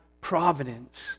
providence